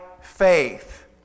faith